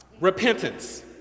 Repentance